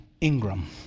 Ingram